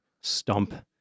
stump